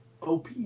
OP